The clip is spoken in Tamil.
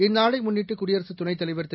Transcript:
இந்நாளைமுன்னிட்டுகுடியரகதுணைத் தலைவர் திரு